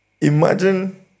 imagine